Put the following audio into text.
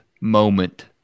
moment